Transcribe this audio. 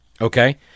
Okay